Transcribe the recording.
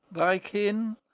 thy kin,